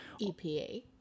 EPA